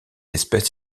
espèce